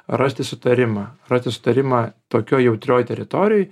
rasti sutarimą rasti sutarimą tokioj jautrioj teritorijoj